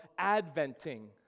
adventing